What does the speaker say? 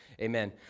Amen